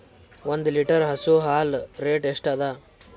ಒಂದ್ ಲೀಟರ್ ಹಸು ಹಾಲ್ ರೇಟ್ ಎಷ್ಟ ಅದ?